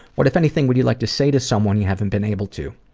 what, if anything, would you like to say to someone you haven't been able to?